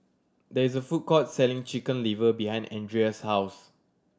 there is a food court selling Chicken Liver behind Andria's house